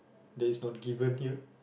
that is not given here